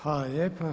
Hvala lijepa.